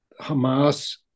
Hamas